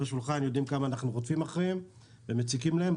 השולחן יודעים כמה אנחנו רודפים אחרים ומציקים להם,